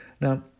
Now